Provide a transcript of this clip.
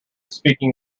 speaking